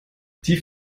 die